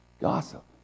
Gossip